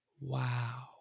wow